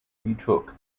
retook